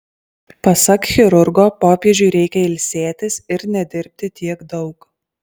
pasak chirurgo popiežiui reikia ilsėtis ir nedirbti tiek daug